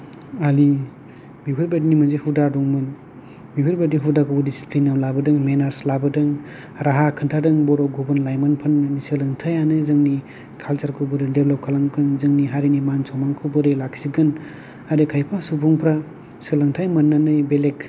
आलि बिफोरबायदिनि मोनसे हुदा दंमोन बेफोरबायदि हुदाखौ डिसिप्लिनाव लाबोदों मेनार्स लाबोदों राहा खोन्थादों बर' गुबुन लाइमोनफोरनो सोलोंथायानो जोंनि खाल्सारखौ बोरै डेभ्लप खालामगोन जोंनि हारिनि मान सन्मानखौ बोरै लाखिगोन आरो खायफा सुबुंफ्रा सोलोंथाय मोननानै बेलेग